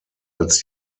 als